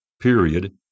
period